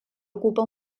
ocupa